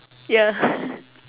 ya